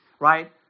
right